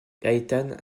gaétane